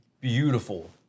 beautiful